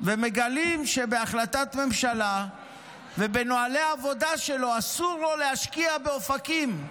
ומגלים שבהחלטת ממשלה ובנוהלי העבודה שלו אסור לו להשקיע באופקים,